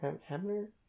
hammer